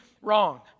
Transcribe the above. wrong